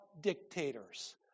dictators